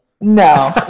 No